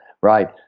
right